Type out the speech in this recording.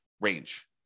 range